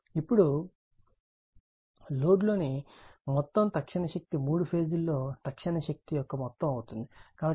ఇప్పుడు లోడ్లోని మొత్తం తక్షణ శక్తి మూడు ఫేజుల్లోని తక్షణ శక్తి యొక్క మొత్తం అవుతుంది కాబట్టి మూడు ఫేజ్ లు